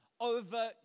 over